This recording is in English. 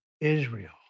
Israel